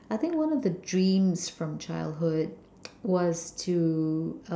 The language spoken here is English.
I think one of the dreams from childhood was to